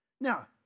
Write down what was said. Now